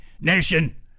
Nation